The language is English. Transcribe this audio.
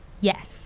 Yes